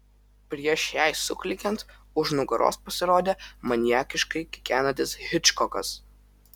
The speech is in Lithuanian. prieš jai suklykiant už nugaros pasirodė maniakiškai kikenantis hičkokas